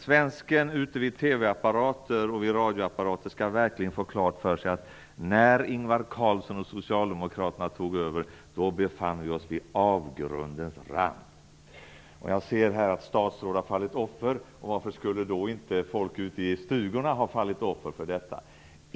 Svensken ute vid TV-apparater och vid radioapparater skall verkligen få klart för sig att när Ingvar Carlsson och Socialdemokraterna tog över, då befann vi oss vid avgrundens rand. Jag kan se att statsråd har fallit offer, och varför skulle då inte folk ute i stugorna ha fallit offer för detta?